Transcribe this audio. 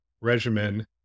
regimen